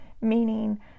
meaning